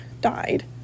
died